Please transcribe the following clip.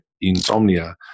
insomnia